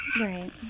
right